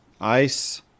ice